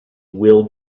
will